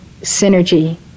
synergy